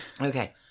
Okay